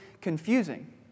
confusing